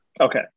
okay